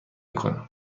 کنم